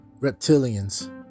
reptilians